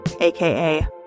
AKA